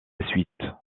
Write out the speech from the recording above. suite